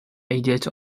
idiot